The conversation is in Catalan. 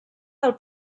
del